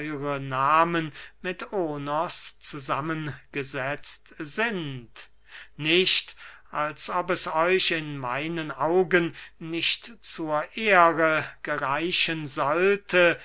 nahmen mit onos zusammengesetzt sind nicht als ob es euch in meinen augen nicht zur ehre gereichen sollte